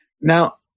Now